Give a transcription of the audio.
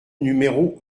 numéro